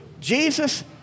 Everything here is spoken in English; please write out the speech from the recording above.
Jesus